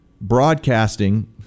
broadcasting